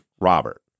Robert